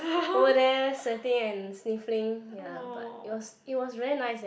over there sweating and sniffling ya but it was it was very nice eh